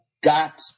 got